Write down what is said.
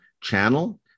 channel